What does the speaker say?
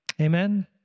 Amen